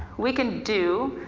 we can do,